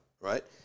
right